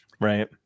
right